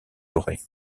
dorés